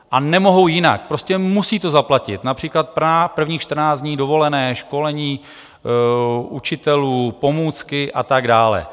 A nemohou jinak, prostě musí to zaplatit, například prvních 14 dní dovolené, školení učitelů, pomůcky a tak dále.